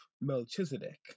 Melchizedek